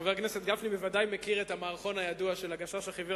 חבר הכנסת גפני בוודאי מכיר את המערכון הידוע של "הגשש החיוור",